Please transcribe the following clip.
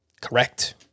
correct